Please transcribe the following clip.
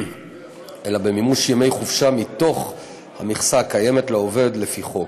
אלא במימוש ימי חופשה מהמכסה הקיימת לעובד לפי חוק.